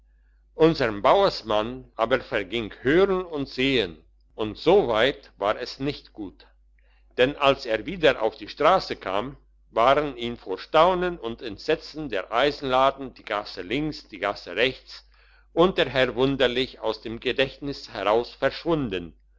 unserm bauersmann aber verging hören und sehen und so weit war es nicht gut denn als er wieder auf die strasse kam waren ihm vor staunen und entsetzen der eisenladen die gasse links die gasse rechts und der herr wunderlich aus dem gedächtnis heraus verschwunden